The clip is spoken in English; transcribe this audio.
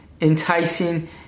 enticing